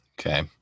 Okay